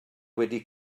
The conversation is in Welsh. wedi